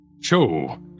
Show